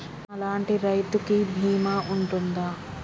నా లాంటి రైతు కి బీమా ఉంటుందా?